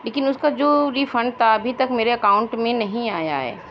لیکن اُس کا جو ریفنڈ تھا ابھی تک میرے اکاؤنٹ میں نہیں آیا ہے